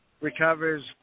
recovers